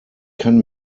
kann